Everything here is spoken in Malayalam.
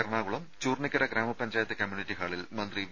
എറണാകുളം ചൂർണിക്കര ഗ്രാമപഞ്ചായത്ത് കമ്യൂണിറ്റി ഹാളിൽ മന്ത്രി വി